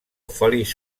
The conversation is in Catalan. feliç